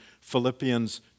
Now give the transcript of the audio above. Philippians